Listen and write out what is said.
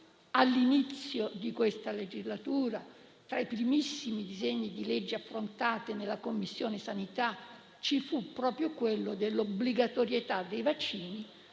all'inizio di questa legislatura, tra i primissimi disegni di legge affrontati in 12a Commissione ci fu proprio quello dell'obbligatorietà dei vaccini